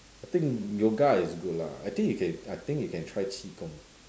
I think yoga is good lah I think you can I think you can try qi-gong